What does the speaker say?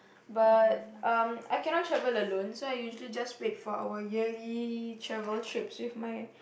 but um I cannot travel alone so I usually just wait for our yearly travel trips with my